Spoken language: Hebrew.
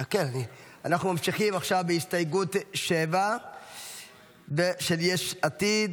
אנחנו ממשיכים בהסתייגות 7 של יש עתיד.